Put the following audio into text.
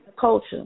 culture